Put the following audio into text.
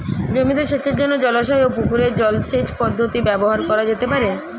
জমিতে সেচের জন্য জলাশয় ও পুকুরের জল সেচ পদ্ধতি ব্যবহার করা যেতে পারে?